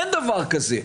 אין דבר כזה.